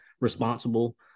responsible